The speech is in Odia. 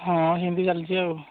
ହଁ ହେନ୍ତି ଚାଲିଛି ଆଉ